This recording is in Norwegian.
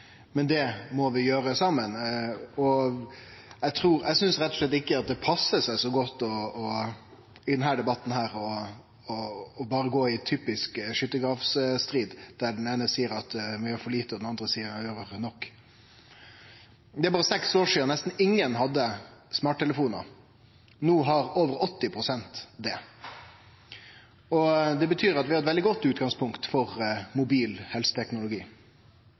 Men det må vi gjere saman. Eg synest rett og slett ikkje det passar seg så godt i denne debatten berre å gå i typisk skyttargravsstrid der den eine seier at vi gjer for lite, og den andre seier at vi i alle fall gjer nok. Det er berre seks år sidan nesten ingen hadde smarttelefon. No har over 80 pst. det. Det betyr at vi har eit veldig godt utgangspunkt for mobil helseteknologi.